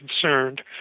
concerned